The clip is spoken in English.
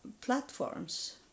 platforms